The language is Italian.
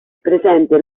presente